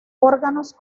órganos